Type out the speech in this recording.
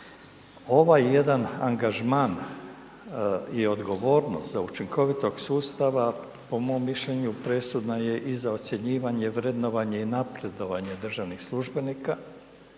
Ovaj jedan angažman je odgovornost za učinkovitog sustava, po mom mišljenju, presudna je i za ocjenjivanje, vrednovanje i napredovanje državnih službenika